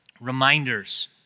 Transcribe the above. Reminders